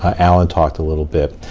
ah alan talked a little bit.